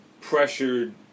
pressured